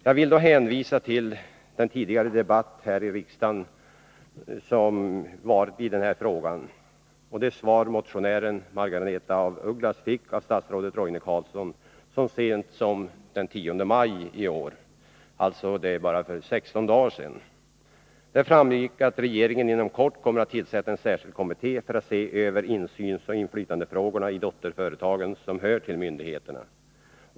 Jag vill då hänvisa till tidigare debatter här i riksdagen i det ärendet och det svar som en av motionärerna, Margaretha af Ugglas, fick av statsrådet Roine Carlsson så sent som den 10 maj i år, alltså för bara 16 dagar sedan. Av det framgick att regeringen inom kort kommer att tillsätta en särskild kommitté för att se över insynsoch inflytandefrågorna i dotterföretag som hör till myndigheterna.